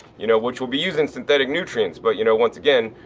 you know, which will be using synthetic nutrients. but, you know, once again,